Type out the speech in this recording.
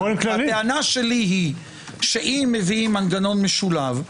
הטענה שלי היא שאם מביאים מנגנון משולב,